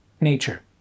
nature